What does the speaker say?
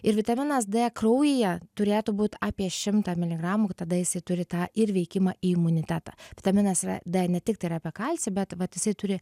ir vitaminas d kraujyje turėtų būt apie šimtą miligramų tada jisai turi tą ir veikimą į imunitetą vitaminas yra d ne tiktai ir apie kalcį bet vat jisai turi